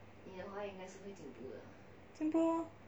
进步 lor